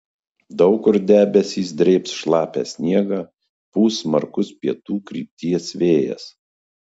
daug kur debesys drėbs šlapią sniegą pūs smarkus pietų krypties vėjas